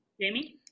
Jamie